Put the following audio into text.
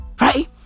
Right